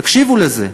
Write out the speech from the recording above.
תקשיבו לזה,